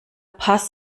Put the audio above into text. paz